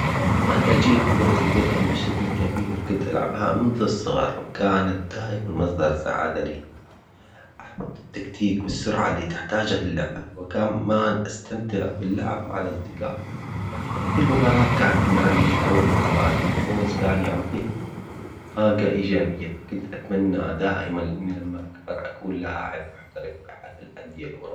أنا أجيد كرة القدم بشكل كبير قد ألعبها منذ الصغر وكانت دايماً مصدر سعادة لي، أحببت التكتيك والسرعة اللي تحتاجه اللعبة كمان أستمتع باللعب مع الأصدقاء، كل مباراة كانت تمنحني شعور بالحماس والفوز كان ينطيني طاقة إيجابية قد أتمنى دائماً لما أكبر أكون لاعب محترف بأحد الأندية الأوروبية.